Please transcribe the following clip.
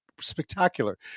spectacular